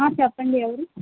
చెప్పండి ఎవరు